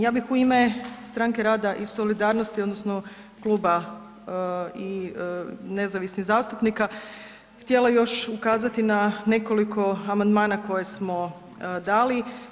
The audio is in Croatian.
Ja bih u ime Stranke rada i solidarnosti odnosno kluba i nezavisnih zastupnika htjela još ukazati i na nekoliko amandmana koje smo dali.